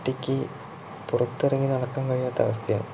ഒറ്റക്ക് പുറത്തിറങ്ങി നടക്കാൻ കഴിയാത്ത അവസ്ഥയാണ്